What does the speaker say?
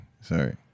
Sorry